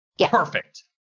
Perfect